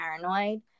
paranoid